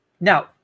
now